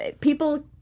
People